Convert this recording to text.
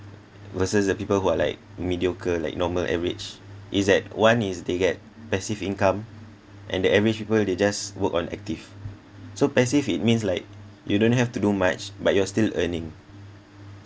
versus the people who are like mediocre like normal average is that one is they get passive income and the average people they just work on active so passive it means like you don't have to do much but you're still earning